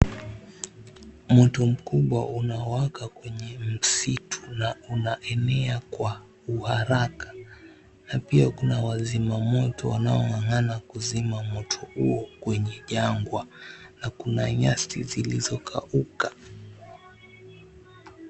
Moto mkubwa unawaka kwenye msitu unaenea kwa haraka na pia kuna wazima moto ambao wanang'ng'ana kuzima moto huo kwenye jangwa na kuna nyasi zilizokauka.